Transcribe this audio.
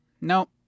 No